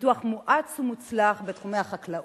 בפיתוח מואץ ומוצלח בתחומי החקלאות,